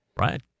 Right